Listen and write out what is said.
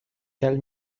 tell